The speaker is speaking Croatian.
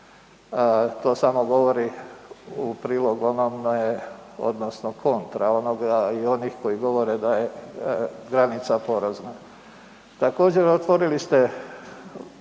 to samo govori u prilog onome odnosno kontra onoga i onih koji govore da je granica porazna. Također otvorili ste